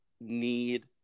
need